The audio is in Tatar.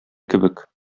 кебек